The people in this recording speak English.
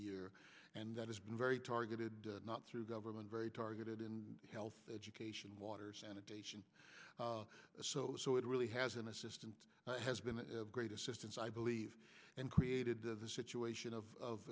a year and that has been very targeted not through government very targeted in health education water sanitation so so it really has an assistant has been a great assistance i believe and created the situation of